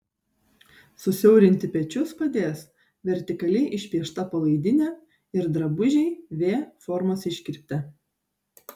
susiaurinti pečius padės vertikaliai išpiešta palaidinė ir drabužiai v formos iškirpte